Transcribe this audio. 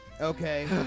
Okay